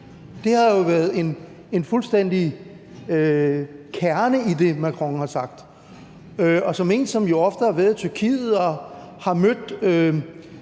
Det har jo fuldstændig været en kerne i det, Macron har sagt. Og som en, der ofte har været i Tyrkiet og har mødt